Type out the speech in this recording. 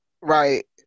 Right